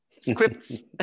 scripts